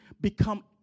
become